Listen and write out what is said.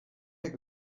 take